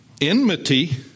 Enmity